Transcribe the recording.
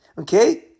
okay